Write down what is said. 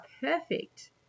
perfect